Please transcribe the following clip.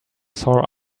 sore